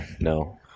No